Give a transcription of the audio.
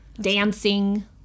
dancing